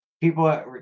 people